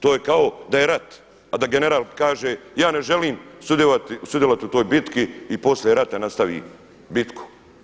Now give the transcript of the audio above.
To je kao da je rat, a da general kaže ja ne želim sudjelovati u toj bitki i poslije rata nastavi bitku.